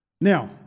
Now